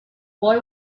boy